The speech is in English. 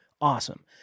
Awesome